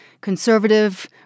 conservative